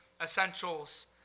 essentials